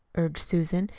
urged susan,